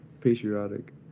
patriotic